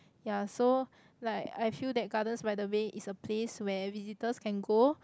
ya so like I feel that Gardens-by-the-Bay is a place where visitors can go